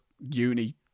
uni